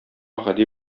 гади